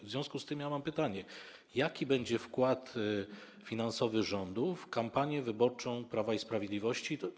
W związku z tym mam pytanie: Jaki będzie wkład finansowy rządu w kampanię wyborczą Prawa i Sprawiedliwości?